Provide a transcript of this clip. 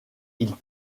ils